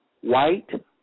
white